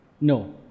No